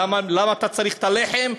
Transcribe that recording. למה אתה צריך לחם?